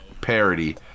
parody